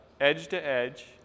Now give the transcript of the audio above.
edge-to-edge